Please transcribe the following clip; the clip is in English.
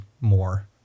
more